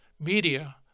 media